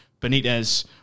Benitez